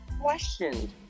questioned